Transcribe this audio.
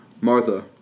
Martha